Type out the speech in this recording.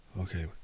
okay